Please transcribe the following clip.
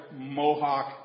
mohawk